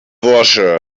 bursche